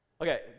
Okay